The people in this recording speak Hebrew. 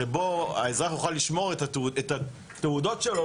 שבו האזרח יוכל לשמור את התעודות שלו.